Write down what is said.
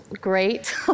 great